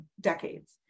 decades